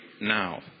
now